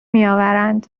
میآورند